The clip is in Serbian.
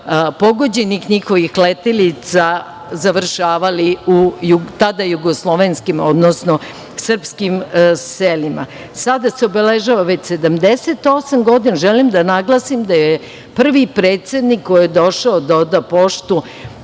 pogođenih letelica završavali u tada jugoslovenskim, odnosno srpskim selima. Sada se obeležava već 78 godina. Želim da naglasim da je prvi predsednik koji je došao da oda poštu